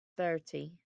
thirty